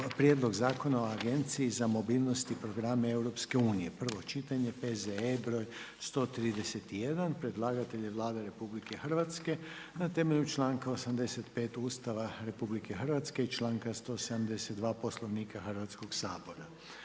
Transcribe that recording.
dopunama Zakona o genetski modificiranim organizmima, prvo čitanje, P.Z.E. br. 152 Predlagatelj je Vlada Republike Hrvatske, na temelju članaka 85. Ustava Republike Hrvatske i članka 172. Poslovnika Hrvatskog sabora.